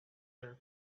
their